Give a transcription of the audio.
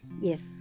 Yes